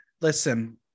listen